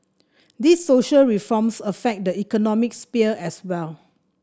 these social reforms affect the economic sphere as well